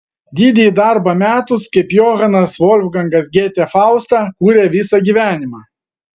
didįjį darbą metus kaip johanas volfgangas gėtė faustą kūrė visą gyvenimą